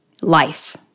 life